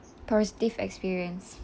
positive experience